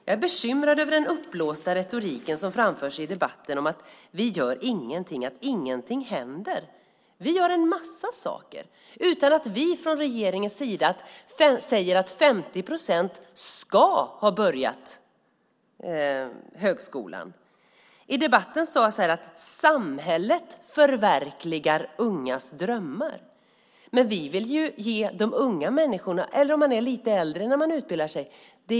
Jag är bekymrad över den uppblåsta retorik som framförs i debatten om att vi inte gör någonting och att ingenting händer. Vi gör en massa saker utan att vi från regeringens sida säger att 50 procent ska ha börjat gå på högskolan. I debatten sades att samhället förverkligar de ungas drömmar. Vi vill ge de unga människorna, eller de som är lite äldre när de börjar på högskolan, den möjligheten.